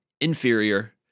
inferior